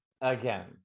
Again